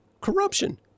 corruption